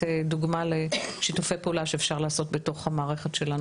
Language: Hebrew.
דוגמה לשיתופי פעולה שאפשר לעשות בתוך המערכת שלנו,